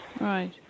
right